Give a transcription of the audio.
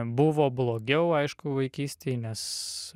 buvo blogiau aišku vaikystėj nes